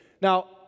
Now